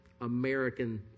American